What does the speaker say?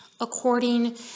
According